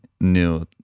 new